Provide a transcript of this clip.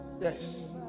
yes